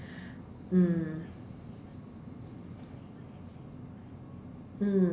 mm